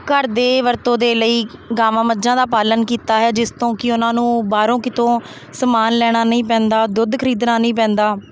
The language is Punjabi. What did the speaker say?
ਘਰ ਦੇ ਵਰਤਤੋਂ ਦੇ ਲਈ ਗਾਵਾਂ ਮੱਝਾਂ ਦਾ ਪਾਲਣ ਕੀਤਾ ਹੈ ਜਿਸ ਤੋਂ ਕਿ ਉਹਨਾਂ ਨੂੰ ਬਾਹਰੋਂ ਕਿਤੋਂ ਸਮਾਨ ਲੈਣਾ ਨਹੀਂ ਪੈਂਦਾ ਦੁੱਧ ਖਰੀਦਣਾ ਨਹੀਂ ਪੈਂਦਾ